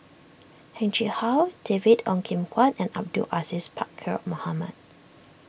Heng Chee How David Ong Kim Huat and Abdul Aziz Pakkeer Mohamed